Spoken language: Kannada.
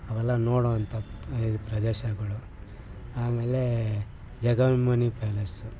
ಅವೆಲ್ಲ ನೋಡೋವಂಥ ಇದು ಪ್ರದೇಶಗಳು ಆಮೇಲೆ ಜಗನ್ಮೋಹಿನಿ ಪ್ಯಾಲೇಸು